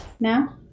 Now